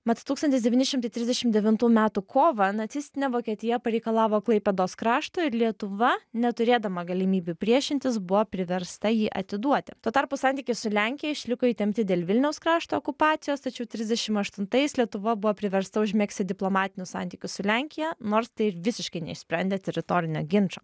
mat tūkstantis devyni šimtai trisdešimt devintų metų kovą nacistinė vokietija pareikalavo klaipėdos krašto ir lietuva neturėdama galimybių priešintis buvo priversta jį atiduoti tuo tarpu santykiai su lenkija išliko įtempti dėl vilniaus krašto okupacijos tačiau trisdešimt aštuntais lietuva buvo priversta užmegzti diplomatinius santykius su lenkija nors tai visiškai neišsprendė teritorinio ginčo